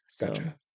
Gotcha